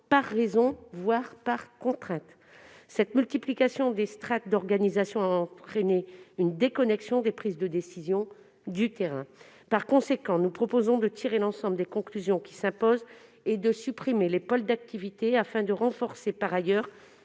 par raison, voire par contrainte. La multiplication des strates d'organisation a entraîné une déconnexion des prises de décisions avec le terrain. Par conséquent, nous proposons de tirer l'ensemble des conclusions qui s'imposent et de supprimer les pôles d'activité, afin de renforcer par ailleurs